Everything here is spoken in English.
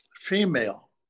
female